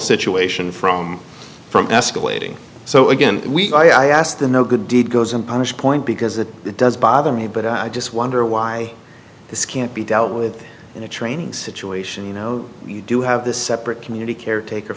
situation from from escalating so again we i ask the no good deed goes unpunished point because it does bother me but i just wonder why this can't be dealt with in a training situation you know you do have this separate community caretaker